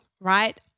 right